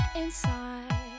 inside